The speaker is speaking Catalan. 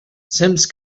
sense